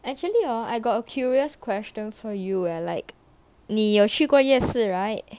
actually hor I got a curious question for you leh like 你有去过夜市 right